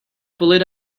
bullet